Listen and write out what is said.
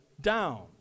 down